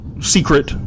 secret